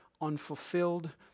unfulfilled